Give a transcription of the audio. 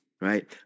right